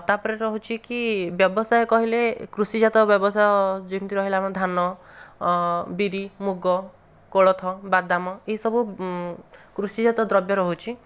ତାପରେ ରହୁଛି କି ବ୍ୟବସାୟ କହିଲେ କୃଷିଜାତ ବ୍ୟବସାୟ ଯେମତି ରହିଲା ଆମର ଧାନ ବିରି ମୁଗ କୋଳଥ ବାଦାମ ଏହିସବୁ କୃଷିଜାତ ଦ୍ରବ୍ୟ ରହୁଛି